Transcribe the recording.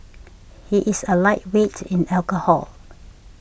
he is a lightweight in alcohol